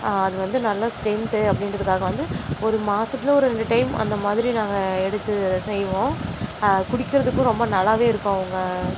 அது வந்து நல்லா ஸ்ட்ரென்த்து அப்படின்றத்துக்காக வந்து ஒரு மாசத்தில் ஒரு ரெண்டு டைம் அந்த மாதிரி நாங்கள் எடுத்து செய்வோம் குடிக்கிறத்துக்கும் ரொம்ப நல்லாவே இருக்கும் அவங்க